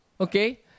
Okay